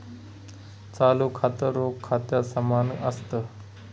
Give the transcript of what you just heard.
चालू खातं, रोख खात्या समान असत